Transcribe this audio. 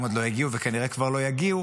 הם עוד לא הגיעו וכנראה כבר לא יגיעו